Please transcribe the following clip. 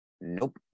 Nope